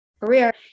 career